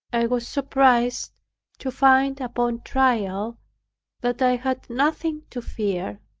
i was surprised to find upon trial that i had nothing to fear.